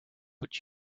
but